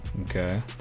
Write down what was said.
Okay